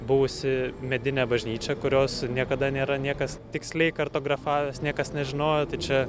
buvusi medinė bažnyčia kurios niekada nėra niekas tiksliai kartografavęs niekas nežinojo tai čia